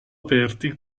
aperti